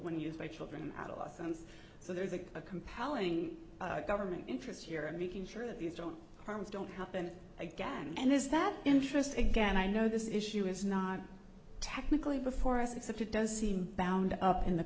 when used by children at a loss and so there is a compelling government interest here and making sure that these don't harms don't happen again and is that interesting again i know this issue is not technically before us except it does seem bound up in the